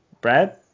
brad